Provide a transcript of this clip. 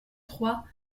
trois